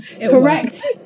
correct